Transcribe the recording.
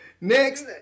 next